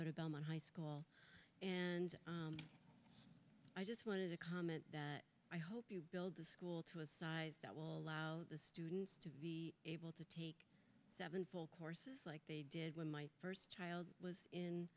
the high school and i just wanted to comment that i hope you build the school to a size that will allow the students to be able to take seven full court like they did when my first child was in